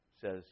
says